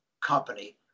company